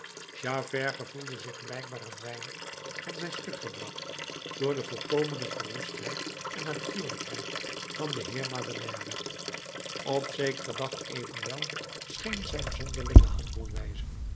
javert gevoelde zich blijkbaar een weinig van zijn stuk gebracht door de volkomene gerustheid en natuurlijkheid van den heer madeleine op zekeren dag evenwel scheen zijn